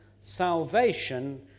salvation